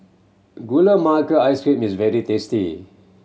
Gula Melaka Ice Cream is very tasty